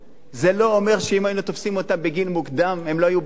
זה לא אומר שאם היינו תופסים אותם בגיל מוקדם הם לא היו בכלא?